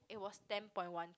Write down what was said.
it's was ten point one K